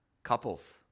Couples